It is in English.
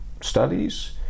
studies